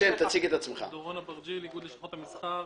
דורון אברג'יל, איגוד לשכות המסחר,